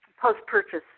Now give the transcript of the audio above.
post-purchase